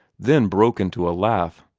then broke into a laugh.